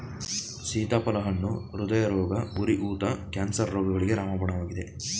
ಸೀತಾಫಲ ಹಣ್ಣು ಹೃದಯರೋಗ, ಉರಿ ಊತ, ಕ್ಯಾನ್ಸರ್ ರೋಗಗಳಿಗೆ ರಾಮಬಾಣವಾಗಿದೆ